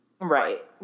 Right